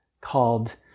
called